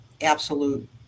absolute